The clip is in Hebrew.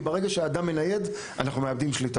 כי ברגע שהאדם מנייד, אנחנו מאבדים שליטה.